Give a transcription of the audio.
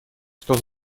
что